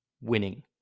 Winning